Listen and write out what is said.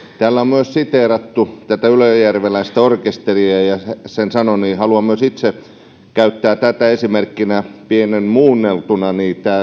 täällä on myös siteerattu ylöjärveläistä orkesteria haluan myös itse käyttää tätä esimerkkinä pienesti muunneltuna